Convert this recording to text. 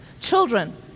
Children